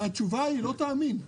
התשובה היא, לא תאמין: